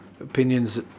Opinions